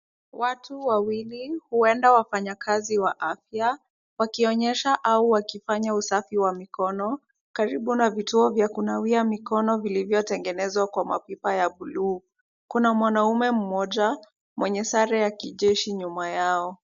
Watu wawili, huenda wafanyikazi wa afya, wakionyeshwa au wakifanya usafi wa mikono, karibu na kituo vya kunawia mikono vilivyotengenezwa kwa mapipa ya bluu. Kuna mwanaume mmoja mwenye sare ya kijeshi nyuma yao.